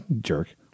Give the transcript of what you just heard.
Jerk